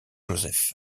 joseph